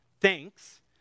Thanks